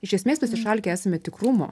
iš esmės tas išalkę esame tikrumo